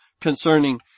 concerning